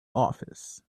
office